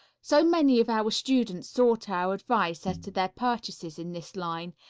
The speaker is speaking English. so many of our students sought our advice as to their purchases in this line,